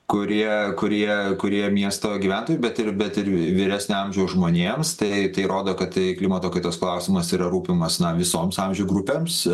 kurie kurie kurie miesto gyventojai bet ir bet ir vyresnio amžiaus žmonėms tai tai rodo kad klimato kaitos klausimas yra rūpimas na visoms amžių grupėms